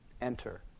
enter